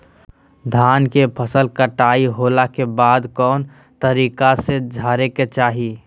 धान के फसल कटाई होला के बाद कौन तरीका से झारे के चाहि?